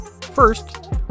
First